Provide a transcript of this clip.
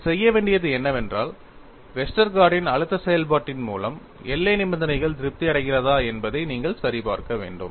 நீங்கள் செய்ய வேண்டியது என்னவென்றால் வெஸ்டர்கார்டின் Westergaard's அழுத்த செயல்பாட்டின் மூலம் எல்லை நிபந்தனைகள் திருப்தி அடைகிறதா என்பதை நீங்கள் சரிபார்க்க வேண்டும்